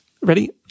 Ready